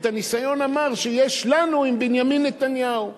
את הניסיון המר שיש לנו עם בנימין נתניהו.